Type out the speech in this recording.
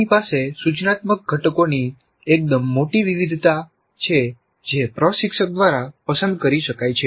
આપણી પાસે સૂચનાત્મક ઘટકોની એકદમ મોટી વિવિધતા છે જે પ્રશિક્ષક દ્વારા પસંદ કરી શકાય છે